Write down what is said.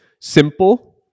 simple